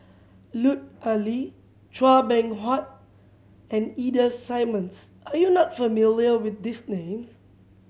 Lut Ali Chua Beng Huat and Ida Simmons are you not familiar with these names